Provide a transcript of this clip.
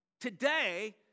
Today